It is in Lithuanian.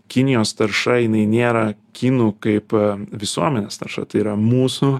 kinijos tarša jinai nėra kinų kaip visuomenės tarša tai yra mūsų